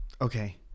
Okay